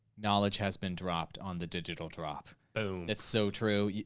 knowledge has been dropped on the digital drop. boom. it's so true.